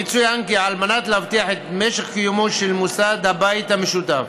יצוין כי על מנת להבטיח את המשך קיומו של מוסד הבית המשותף,